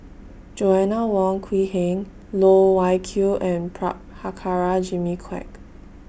Joanna Wong Quee Heng Loh Wai Kiew and Prabhakara Jimmy Quek